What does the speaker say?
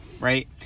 right